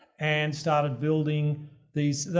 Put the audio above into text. and started building these.